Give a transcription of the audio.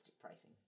pricing